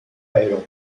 iron